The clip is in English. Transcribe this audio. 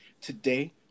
Today